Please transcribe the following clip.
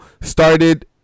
started